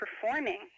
performing